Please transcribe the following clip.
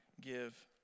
give